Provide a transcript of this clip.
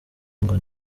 ngo